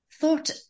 thought